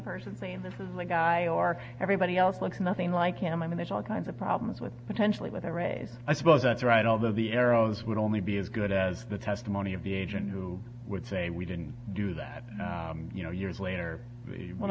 person saying this is a guy or everybody else looks nothing like him i mean there's all kinds of problems with potentially with a raise i suppose that's right although the arrows would only be as good as the testimony of the agent who would say we didn't do that you know years later when